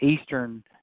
eastern